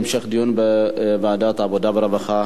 הנושא לוועדת העבודה, הרווחה